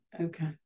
Okay